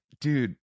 dude